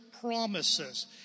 promises